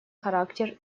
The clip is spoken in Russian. характер